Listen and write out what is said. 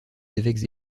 évêques